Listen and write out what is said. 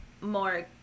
more